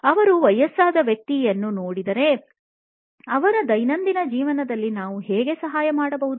ಅವರು ವಯಸ್ಸಾದ ವ್ಯಕ್ತಿಯನ್ನು ನೋಡಿದರೆ 'ಅವರ ದೈನಂದಿನ ಜೀವನದಲ್ಲಿ ನಾನು ಹೇಗೆ ಸಹಾಯ ಮಾಡಬಹುದು